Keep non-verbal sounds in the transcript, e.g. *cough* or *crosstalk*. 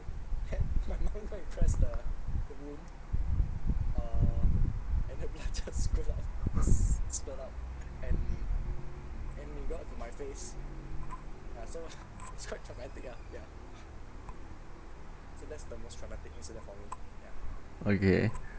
*breath* okay